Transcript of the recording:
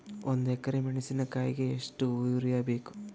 ಒಂದ್ ಎಕರಿ ಮೆಣಸಿಕಾಯಿಗಿ ಎಷ್ಟ ಯೂರಿಯಬೇಕು?